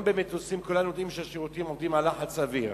כולם יודעים שהשירותים במטוסים עובדים על לחץ אוויר.